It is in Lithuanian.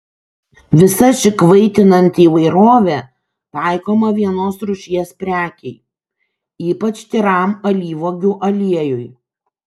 visa ši kvaitinanti įvairovė taikoma vienos rūšies prekei ypač tyram alyvuogių aliejui